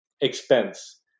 expense